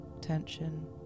tension